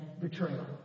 betrayal